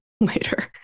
later